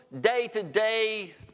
day-to-day